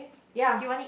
ya